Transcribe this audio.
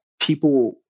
people